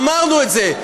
אמרנו את זה.